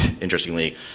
interestingly